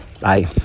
bye